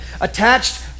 attached